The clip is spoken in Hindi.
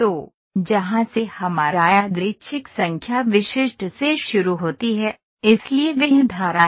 तो जहां से हमारा यादृच्छिक संख्या विशिष्ट से शुरू होती है इसलिए वह धारा है